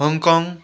Hong Kong